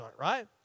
right